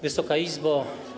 Wysoka Izbo!